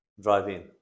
Drive-in